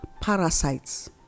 parasites